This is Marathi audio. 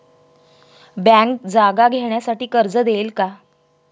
बँक जागा घेण्यासाठी कर्ज देईल का?